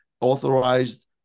authorized